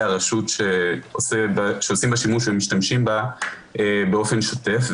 הרשות שעושים בה שימוש ומשתמשים בה באופן שוטף.